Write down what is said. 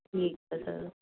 ਠੀਕ ਆ ਸਰ